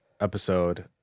episode